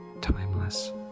timeless